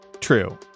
True